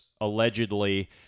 allegedly